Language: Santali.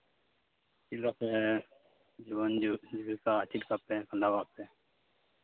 ᱡᱤᱵᱚᱱᱼᱡᱤᱵᱤᱠᱟ ᱪᱮᱫ ᱞᱮᱠᱟᱛᱮ ᱯᱮ ᱠᱷᱟᱸᱰᱟᱣᱟ ᱟᱯᱮ